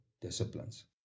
disciplines